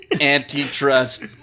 Antitrust